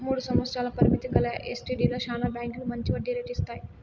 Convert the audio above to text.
మూడు సంవత్సరాల పరిమితి గల ఎస్టీడీలో శానా బాంకీలు మంచి వడ్డీ రేటు ఇస్తాయి